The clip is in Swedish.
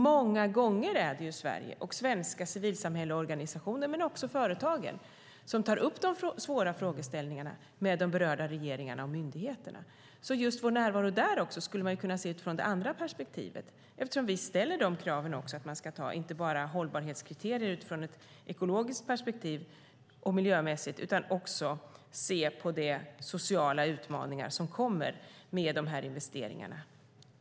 Många gånger är det Sverige och svenska civilsamhällesorganisationer, men också företagen, som tar upp de svåra frågeställningarna med de berörda regeringarna och myndigheterna. Just vår närvaro där skulle man också kunna se från det andra perspektivet, eftersom vi ställer kraven att man inte bara ska ha hållbarhetskriterier utifrån ett ekologiskt och miljömässigt perspektiv utan också ska se de sociala utmaningar som kommer med dessa investeringar.